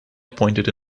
appointed